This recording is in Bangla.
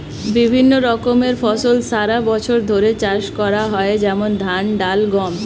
বিভিন্ন রকমের ফসল সারা বছর ধরে চাষ করা হয়, যেমন ধান, ডাল, গম